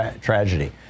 tragedy